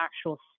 actual